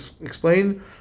explain